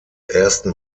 ersten